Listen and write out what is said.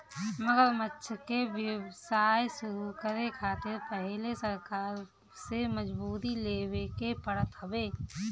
मगरमच्छ के व्यवसाय शुरू करे खातिर पहिले सरकार से मंजूरी लेवे के पड़त हवे